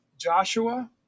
Joshua